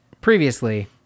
previously